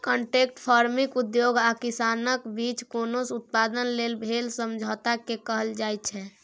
contract farming उद्योग आ किसानक बीच कोनो उत्पाद लेल भेल समझौताकेँ कहल जाइ छै